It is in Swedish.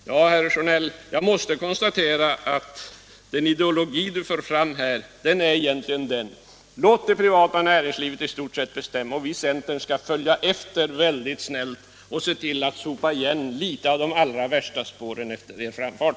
Ja, herr Sjönell, jag måste konstatera att den ideologi ni för fram här egentligen är denna: Låt det privata näringslivet i stort sett bestämma, och centern skall följa efter mycket snällt och se till att sopa igen litet av de allra värsta spåren efter dess framfart!